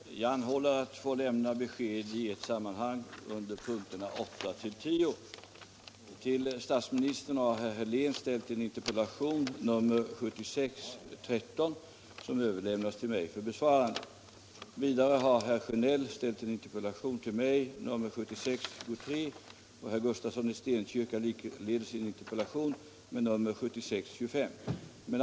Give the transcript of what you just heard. Herr talman! Jag anhåller att få lämna besked i ett sammanhang beträffande punkterna 8-10 på föredragningslistan. Till statsministern har herr Helén ställt en interpellation, 1975 76:23 om uranförsörjningen, och herr Gustafsson i Stenkyrka en interpellation, 1975/76:25 om Gotlands energiförsörjningsproblem.